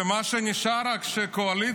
ומה שנשאר רק זה שהקואליציה,